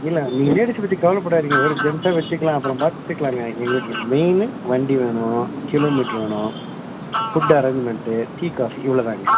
இல்லை நீங்கள் லேடீஸ் பற்றி கவனப்படாதீங்க ஒரு ஜென்ஸாக வெச்சுக்கலாம் அப்புறம் பார்த்துக்கலாங்க எங்களுக்கு மெயினு வண்டி வேணும் கிலோமீட்ரு வேணும் ஃபுட் அரேஞ்மெண்ட்டு டீ காஃபி இவ்வளோதாங்க